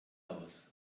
aus